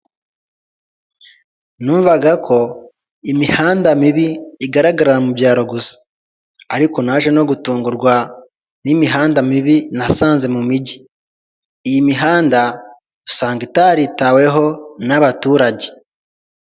Numvaga ko imihanda mibi igaragara mu byaro gusa. Ariko naje no gutungurwa n'imihanda mibi nasanze mu migi. Iyi mihanda usanga itaritaweho n'abaturage.